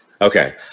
Okay